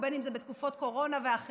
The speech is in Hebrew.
או בין אם זה בתקופות קורונה ואחרות.